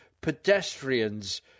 pedestrians